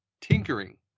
tinkering